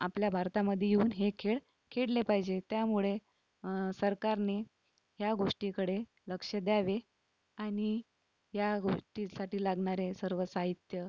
आपल्या भारतामध्ये येऊन हे खेळ खेळले पाहिजे त्यामुळे सरकारने ह्या गोष्टीकडे लक्ष द्यावे आणि ह्या गोष्टीसाठी लागणारे सर्व साहित्य